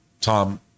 Tom